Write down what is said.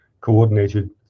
coordinated